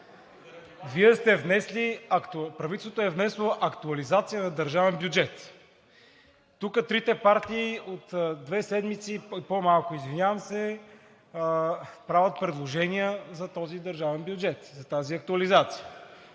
все по-жалко. Правителството е внесло актуализация на държавен бюджет. Тук трите партии от две седмици – по-малко, извинявам се, правят предложения за този държавен бюджет, за тази актуализация.